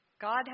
God